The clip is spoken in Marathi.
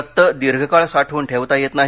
रक्त दीर्घकाळ साठवून ठेवता येत नाही